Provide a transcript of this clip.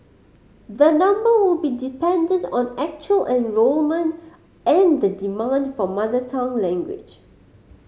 the number will be dependent on actual enrolment and the demand for mother tongue language